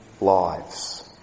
lives